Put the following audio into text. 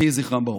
יהי זכרם ברוך.